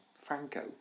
Franco